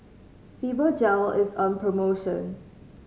fibogel is on promotion